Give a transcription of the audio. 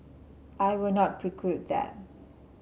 I will not preclude that